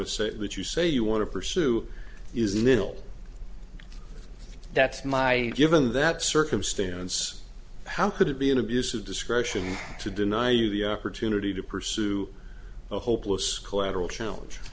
to say that you say you want to pursue is nil that's my given that circumstance how could it be an abuse of discretion to deny you the opportunity to pursue a hopeless collateral challenge